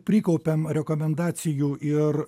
prikaupiam rekomendacijų ir